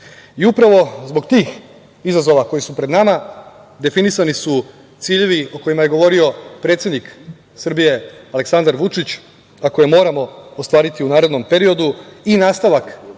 Srbije. Upravo zbog tih izazova koji su pred nama, definisani su ciljevi o kojima je govorio predsednik Srbije Aleksandar Vučić, a koje moramo ostvariti u narednom periodu i nastavak